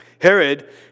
Herod